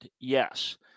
yes